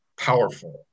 powerful